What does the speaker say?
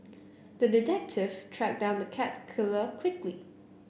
the detective tracked down the cat killer quickly